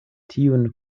tiun